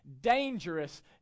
dangerous